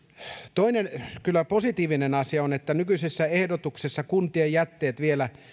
toinen positiivinen asia kyllä on että nykyisessä ehdotuksessa kuntien jätteet vielä